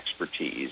expertise